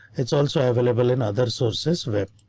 it's also available in other sources web.